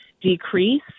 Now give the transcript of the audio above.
decrease